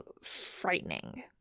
frightening